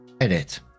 edit